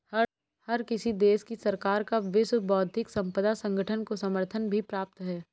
हर किसी देश की सरकार का विश्व बौद्धिक संपदा संगठन को समर्थन भी प्राप्त है